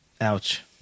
ouch